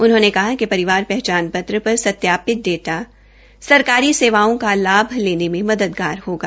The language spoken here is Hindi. उन्होंने कहा कि परिवार पहचान पत्र पर सत्यापित डाटा सरकारी सेवाओं का लाभ देने में मददगार होगा